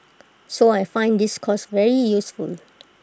so I find this course very useful